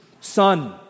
Son